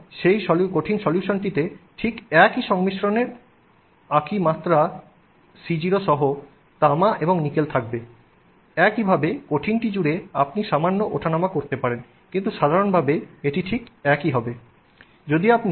এবং সেই কঠিন সলিউশনটিতে ঠিক একই সংমিশ্রনের আকি মাত্রা C0 সহ তামা এবং নিকেল থাকবে একইভাবে কঠিনটি জুড়ে আপনি সামান্য ওঠানামা করতে পারেন কিন্তু সাধারণভাবে এটি ঠিক একই হবে